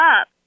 up